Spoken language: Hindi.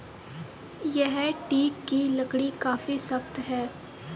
यह टीक की लकड़ी काफी सख्त है